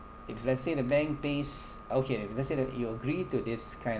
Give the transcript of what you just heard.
if let's say the bank pays okay let's say that you agree to this kind